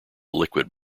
liquid